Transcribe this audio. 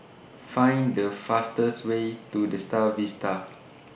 Find The fastest Way to The STAR Vista